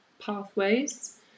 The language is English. pathways